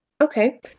Okay